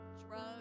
Drugs